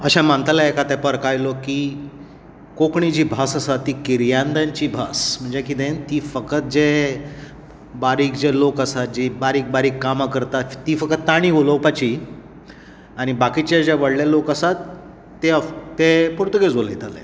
अशें मानताले एका तेंपार कांय लोक की कोंकणी जी भास आसा ती किर्यादांची भास म्हणजे कितें ती फकत जे बारीक जे लोक आसा जी बारीक बारीक कामां करतात ती फकत ताणी उलोवपाची आनी बाकीचे जे व्हडले लोक आसात ते पोर्तुगेज उलयताले